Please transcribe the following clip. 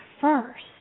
first